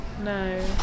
No